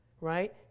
right